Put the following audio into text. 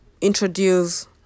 introduce